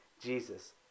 Jesus